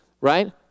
right